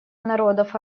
народов